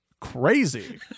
crazy